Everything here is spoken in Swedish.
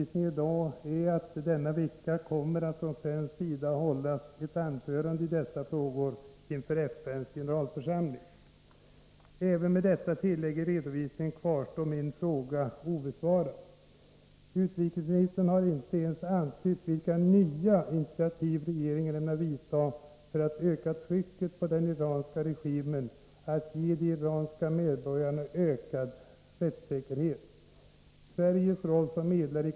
Sverige har ett ansvar att också reagera bilateralt, när kränkningar sker mot de mänskliga rättigheterna.